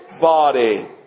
body